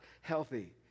healthy